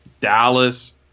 Dallas